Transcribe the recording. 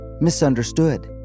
misunderstood